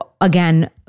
again